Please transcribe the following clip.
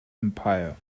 empire